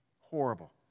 Horrible